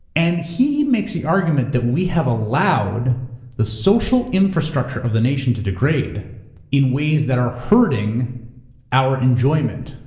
and he makes the argument that we have allowed the social infrastructure of the nation to degrade in ways that are hurting our enjoyment,